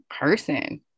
person